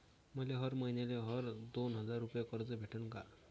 मले हर मईन्याले हर दोन हजार रुपये कर्ज भेटन का?